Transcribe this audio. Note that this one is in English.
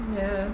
ya